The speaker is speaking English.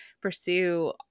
pursue